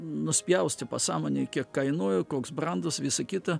nuspjausti pasąmonei kiek kainuoja koks brendas visa kita